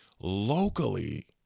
locally